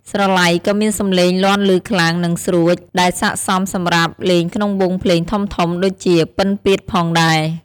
ស្រឡៃក៏មានសំឡេងលាន់ឮខ្លាំង និងស្រួច ដែលស័ក្តិសមសម្រាប់លេងក្នុងវង់ភ្លេងធំៗដូចជា ពិណពាទ្យផងដែរ។